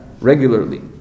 regularly